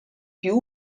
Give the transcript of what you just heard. più